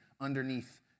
underneath